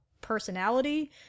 personality